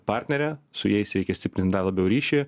partnėrė su jais reikia stiprint dar labiau ryšį